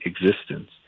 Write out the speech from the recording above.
existence